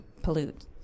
pollute